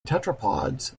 tetrapods